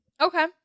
Okay